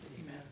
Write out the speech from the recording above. amen